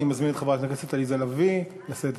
אני מזמין את חברת הכנסת עליזה לביא לשאת דברים.